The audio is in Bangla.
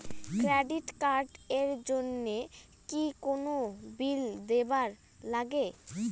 ক্রেডিট কার্ড এর জন্যে কি কোনো বিল দিবার লাগে?